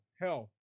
health